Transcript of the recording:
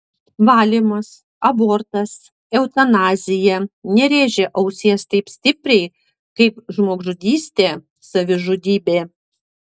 valymas abortas eutanazija nerėžia ausies taip stipriai kaip žmogžudystė savižudybė